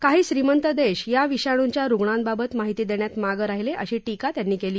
काही श्रीमंत देश या विषाणूच्या रुग्णाबाबत माहिती देण्यात मागं राहिले अशी टीका त्यांनी केली